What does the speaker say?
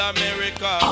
America